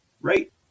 Right